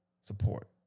support